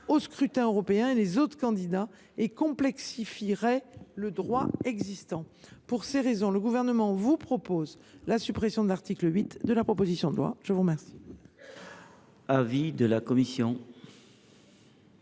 au scrutin européen et les autres candidats, et complexifierait le droit existant. Pour ces raisons, le Gouvernement vous propose la suppression de l’article 8 de la proposition de loi. Quel